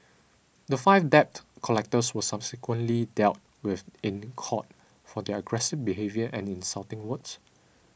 the five debt collectors were subsequently dealt with in court for their aggressive behaviour and insulting words